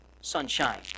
sunshine